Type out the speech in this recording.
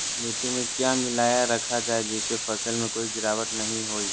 मिट्टी में क्या मिलाया रखा जाए जिससे फसल में कोई गिरावट नहीं होई?